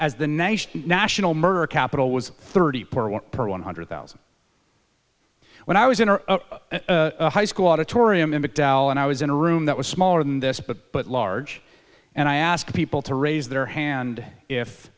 the nation national murder capital was thirty per one hundred thousand when i was in our high school auditorium in mcdowell and i was in a room that was smaller than this but but large and i ask people to raise their hand if